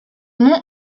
nom